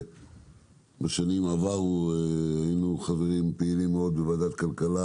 בשנים עברו היינו חברים פעילים מאוד בוועדת הכלכלה,